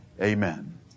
amen